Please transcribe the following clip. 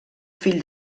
fill